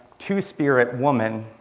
two spirit, woman.